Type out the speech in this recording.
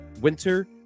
winter